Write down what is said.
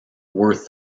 worth